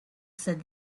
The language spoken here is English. said